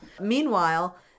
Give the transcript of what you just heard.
Meanwhile